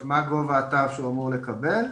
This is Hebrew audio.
ומה שחשוב לנו בדיון כיום הוא שאותה פגיעה